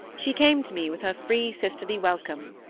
she came to me with her free sisterly welcome.